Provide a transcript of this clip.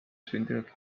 sündinud